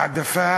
העדפה